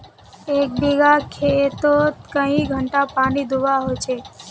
एक बिगहा गेँहूत कई घंटा पानी दुबा होचए?